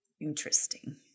interesting